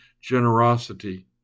generosity